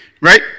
right